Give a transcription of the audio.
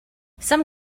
some